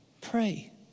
pray